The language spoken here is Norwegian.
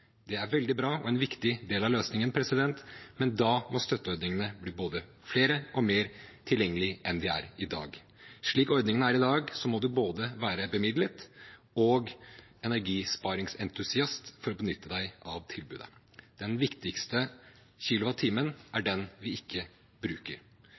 Det er veldig bra og en viktig del av løsningen, men da må støtteordningene bli både flere og mer tilgjengelige enn de er i dag. Slik ordningene er i dag, må man være både bemidlet og energisparingsentusiast for å benytte seg av tilbudet. Den viktigste kilowattimen er den vi ikke bruker.